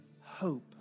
hope